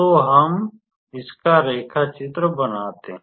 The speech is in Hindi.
तो हम इसका रेखाचित्र बनाते हैं